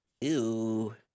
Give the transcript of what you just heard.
Ew